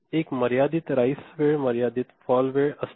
एक मर्यादित राईस वेळ मर्यादित फॉल वेळ असते